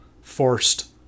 forced